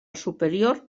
superior